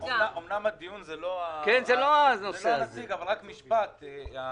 אמנם זה לא נושא הדיון, אבל רק משפט בעניין.